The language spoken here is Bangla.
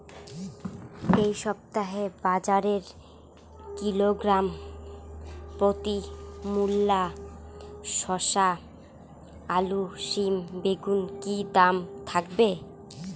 এই সপ্তাহে বাজারে কিলোগ্রাম প্রতি মূলা শসা আলু সিম বেগুনের কী দাম থাকবে?